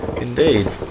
Indeed